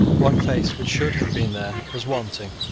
one face which should have been there was wanting.